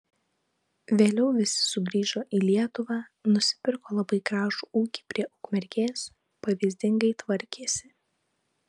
vėliau visi sugrįžo į lietuvą nusipirko labai gražų ūkį prie ukmergės pavyzdingai tvarkėsi